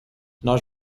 nós